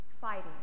fighting